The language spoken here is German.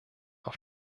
auf